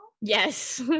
Yes